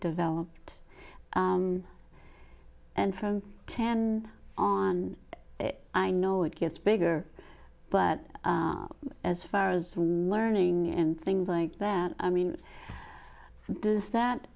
developed and from ten on i know it gets bigger but as far as learning and things like that i mean does that